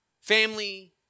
family